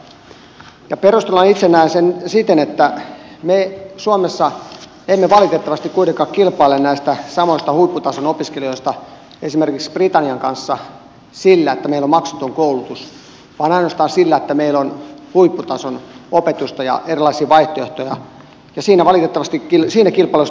perusteluna itse näen sen että me suomessa emme valitettavasti kuitenkaan kilpaile näistä samoista huipputason opiskelijoista esimerkiksi britannian kanssa sillä että meillä on maksuton koulutus vaan ainoastaan sillä että meillä on huipputason opetusta ja erilaisia vaihtoehtoja ja valitettavasti siinä kilpailussa me emme pärjää